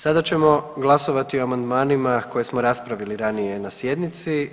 Sada ćemo glasovati o amandmanima koje smo raspravili ranije na sjednici.